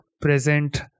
present